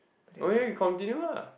okay continue ah